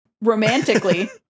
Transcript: romantically